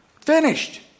Finished